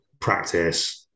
practice